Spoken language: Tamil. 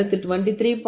அடுத்து 23